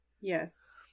Yes